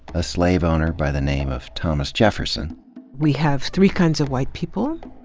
a slave owner by the name of thomas jefferson we have three kinds of white people,